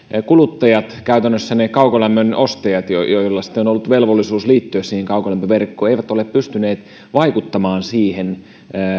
kuluttajat käytännössä ne kaukolämmön ostajat joilla on ollut velvollisuus liittyä siihen kaukolämpöverkkoon eivät ole pystyneet vaikuttamaan siihen